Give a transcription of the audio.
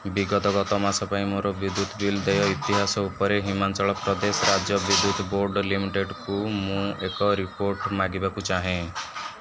ବିଗତ ଗତ ମାସ ପାଇଁ ମୋର ବିଦ୍ୟୁତ୍ ବିଲ୍ ଦେୟ ଇତିହାସ ଉପରେ ହିମାଚଳ ପ୍ରଦେଶ ରାଜ୍ୟ ବିଦ୍ୟୁତ୍ ବୋର୍ଡ଼୍ ଲିମିଟେଡ଼୍କୁ ମୁଁ ଏକ ରିପୋର୍ଟ ମାଗିବାକୁ ଚାହେଁ